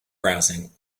browsing